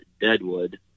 Deadwood